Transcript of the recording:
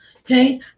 Okay